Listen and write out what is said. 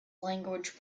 language